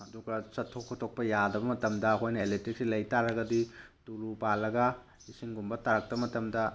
ꯑꯗꯨꯒ ꯆꯠꯊꯣꯛ ꯈꯣꯠꯇꯣꯛꯄ ꯌꯥꯗꯕ ꯃꯇꯝꯗ ꯑꯩꯈꯣꯏꯅ ꯏꯂꯦꯛꯇ꯭ꯔꯤꯛꯁꯤ ꯂꯩ ꯇꯥꯔꯒꯗꯤ ꯇꯨꯂꯨ ꯄꯥꯜꯂꯒ ꯏꯁꯤꯡꯒꯨꯝꯕ ꯇꯥꯔꯛꯇꯕ ꯃꯇꯝꯗ